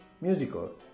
musical